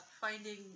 finding